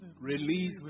Release